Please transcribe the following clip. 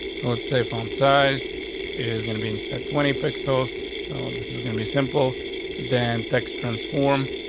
so let's say phone size is gonna be instead twenty pixels. so and this is gonna be simple than text transform.